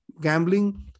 gambling